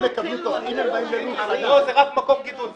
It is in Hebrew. הם מקבלים --- לא, זה רק מקום גידול.